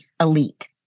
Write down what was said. elite